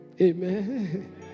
Amen